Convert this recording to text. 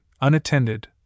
unattended